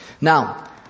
Now